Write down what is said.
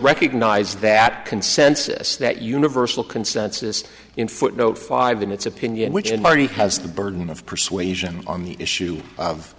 recognize that consensus that universal consensus in footnote five in its opinion which in marty has the burden of persuasion on the issue of